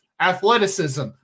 athleticism